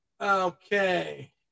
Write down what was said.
okay